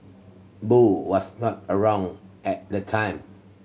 Boo was not around at the time